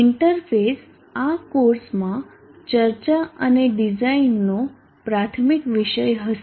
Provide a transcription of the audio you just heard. interface આ કોર્સમાં ચર્ચા અને ડિઝાઇનનો પ્રાથમિક વિષય હશે